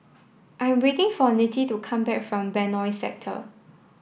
I'm waiting for Nettie to come back from Benoi Sector